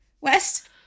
West